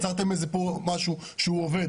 יצרתם פה איזה משהו שהוא עובד,